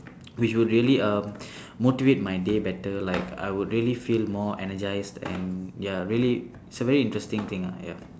which would really err motivate my day better like I would really feel more energised and ya really it's a very interesting thing ah ya